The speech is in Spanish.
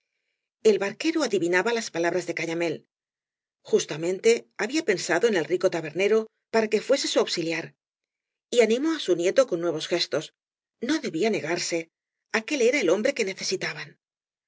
el barquero adivinaba las palabras de cafía mél justamente había pensado en el rico tabernero para que fuese su auxiliar y animó á su nieto con nuevos gestos no debía negarse aquel era el hombre que necesitaban decidióse tonet y